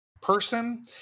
person